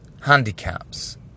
handicaps